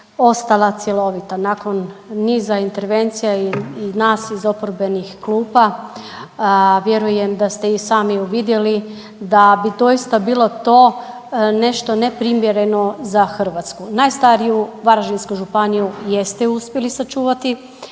ostala cjelovita nakon niza intervencija i nas iz oporbenih klupa, vjerujem da ste i sami uvidjeli da bi doista bilo to nešto neprimjereno za Hrvatsku. Najstariju Varaždinsku županiju jeste uspjeli sačuvati